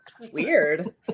Weird